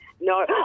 No